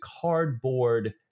cardboard